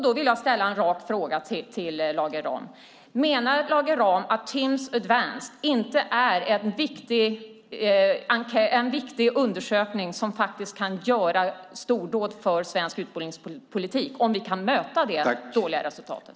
Då vill jag ställa en rak fråga till Lage Rahm: Menar Lage Rahm att Timss Advanced inte är en viktig undersökning som kan leda till stordåd inom svensk utbildningspolitik om vi lyckas bemöta det dåliga resultatet?